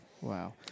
Wow